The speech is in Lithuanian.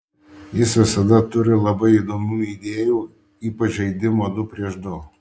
jis visada turi labai įdomių idėjų ypač žaidimo du prieš du